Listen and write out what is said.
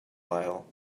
aisle